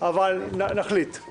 נעביר את